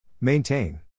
Maintain